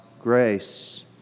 grace